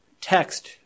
text